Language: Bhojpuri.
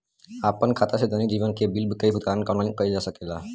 आपन खाता से दैनिक जीवन के बिल के भुगतान आनलाइन कइल जा सकेला का?